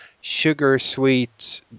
sugar-sweet